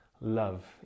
love